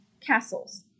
castles